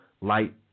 light